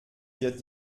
wird